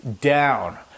down